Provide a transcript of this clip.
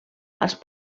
als